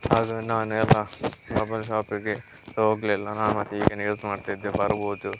ಹಾಗು ನಾನು ಎಲ್ಲ ಮೊಬೈಲ್ ಶಾಪಿಗೆ ಹೋಗಲಿಲ್ಲ ನಾ ಮತ್ತೆ ಹೀಗೆ ಯೂಸ್ ಮಾಡ್ತಿದ್ದೆ ಬರ್ಬೋದು